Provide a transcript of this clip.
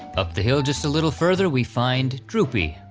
up the hill just a little further we find droopy,